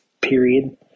period